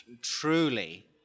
truly